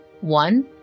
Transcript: one